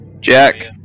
Jack